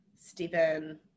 Stephen